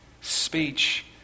Speech